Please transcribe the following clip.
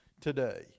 today